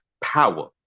power